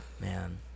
Man